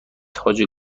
تاج